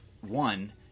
one